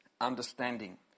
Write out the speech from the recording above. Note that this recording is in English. understanding